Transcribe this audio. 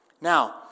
Now